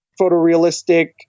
photorealistic